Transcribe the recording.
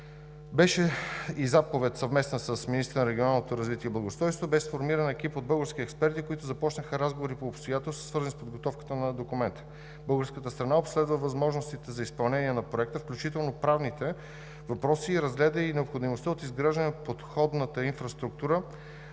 и благоустройството, беше сформиран екип от български експерти, които започнаха разговори по обстоятелствата, свързани с подготовката на документа. Българската страна обследва възможностите за изпълнение на проекта, включително правните въпроси и разгледа и необходимостта от изграждане на подходната инфраструктура,